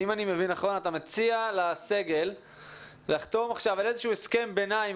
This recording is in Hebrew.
ואם אני מבין נכון אתה מציע לסגל לחתום עכשיו על הסכם ביניים,